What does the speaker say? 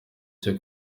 cyo